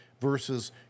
versus